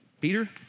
Peter